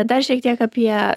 dar šiek tiek apie